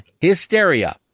Hysteria